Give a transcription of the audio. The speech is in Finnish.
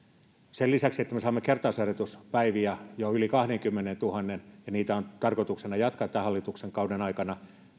sen lisäksi että me saamme kertausharjoituspäiviä jo yli kahdenkymmenentuhannen ja niitä on tarkoituksena jatkaa tämän hallituksen kauden aikana